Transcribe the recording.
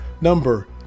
number